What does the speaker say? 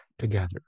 Together